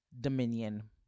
Dominion